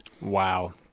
Wow